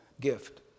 gift